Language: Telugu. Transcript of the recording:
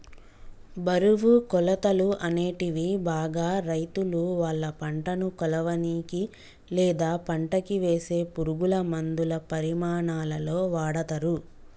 బరువు, కొలతలు, అనేటివి బాగా రైతులువాళ్ళ పంటను కొలవనీకి, లేదా పంటకివేసే పురుగులమందుల పరిమాణాలలో వాడతరు